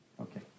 Okay